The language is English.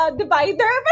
divider